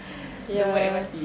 ya